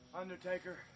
Undertaker